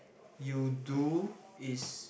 you do is